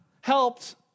helped